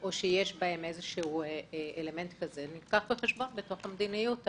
או יש בהם איזה אלמנט שכזה - זה דבר שנלקח בחשבון בתוך המדיניות,